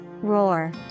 Roar